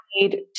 need